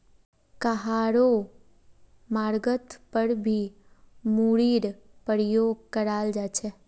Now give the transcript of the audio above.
कहारो मर्गत पर भी मूरीर प्रयोग कराल जा छे